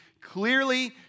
clearly